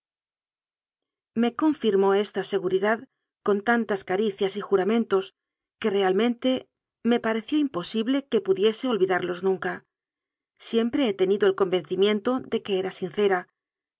me confirmó esta seguridad con tantas cari cias y juramentos realmente que me pareció imposible que pudiese olvidarlos nunca siempre he tenido el convencimiento de que era sincera